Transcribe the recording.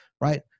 Right